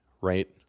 right